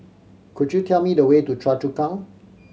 could you tell me the way to Choa Chu Kang